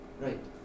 Right